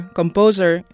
composer